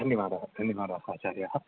धन्यवादाः धन्यवादाः आचर्याः